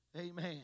Amen